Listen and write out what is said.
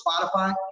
Spotify